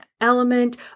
element